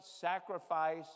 sacrifice